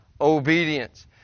obedience